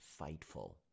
Fightful